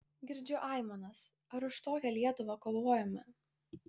girdžiu aimanas ar už tokią lietuvą kovojome